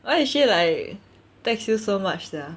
why does she like text you so much sia